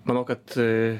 manau kad